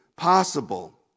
possible